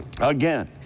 Again